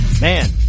man